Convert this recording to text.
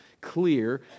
clear